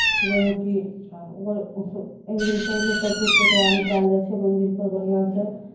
जाहिमे कि ओकर उत्सव एक दिन पहिले सभकिछुके तैयारी कयल जाइ छै मन्दिरपर बढ़िआँसँ